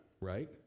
right